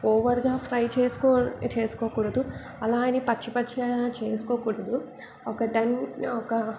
ఓవర్గా ఫ్రై చేసుకో చేసుకోకూడదు అలా అని పచ్చిపచ్చిగా చేసుకోకూడదు ఒక టెన్ ఒక